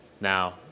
Now